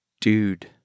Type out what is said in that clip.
dude